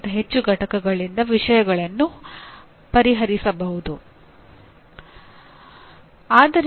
ಇದು ಚಟುವಟಿಕೆಯನ್ನು ಎಲ್ಲಾ ಬೋಧನೆ ಮತ್ತು ಕಲಿಕೆಯ ಆಧಾರವಾಗಿ ಮಾಡುತ್ತದೆ